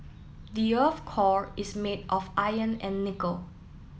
the earth's core is made of iron and nickel